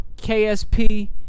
KSP